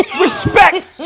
Respect